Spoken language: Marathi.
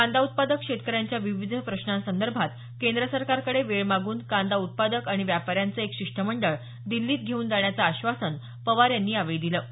कांदा उत्पादक शेतकऱ्यांच्या विविध प्रश्नांसंदर्भात केंद्र सरकारकडे वेळ मागून कांदा उत्पादक आणि व्यापाऱ्यांचं एक शिष्टमंडळ दिल्लीत घेऊन जाण्याचं आश्वासन पवार यांनी यावेळी दिलं